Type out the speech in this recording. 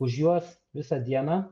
už juos visą dieną